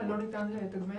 למה לא ניתן לתגמל?